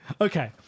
Okay